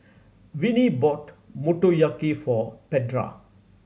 Vennie bought Motoyaki for Petra